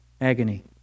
Agony